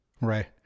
Right